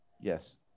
Yes